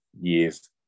years